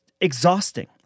exhausting